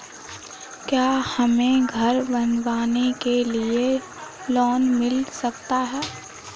क्या हमें घर बनवाने के लिए लोन मिल सकता है?